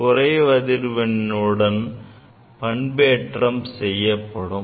எனவே அது குறை அதிர்வெண்ணுடன் பண்பேற்றம் செய்யப்படும்